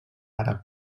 àrab